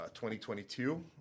2022